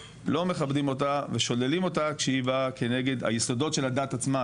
מכבדים אותה ושוללים אותה כשהיא באה כנגד היסודות של הדת עצמה,